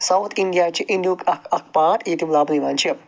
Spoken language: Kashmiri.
ساوُتھ اِنٛڈِیا چھِ اِنٛڈِہُک اَکھ اَکھ پارٹ ییٚتہِ یِم لَبنہٕ یِوان چھِ